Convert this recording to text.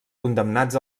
condemnats